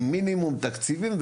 עם מינימום של תקציבים,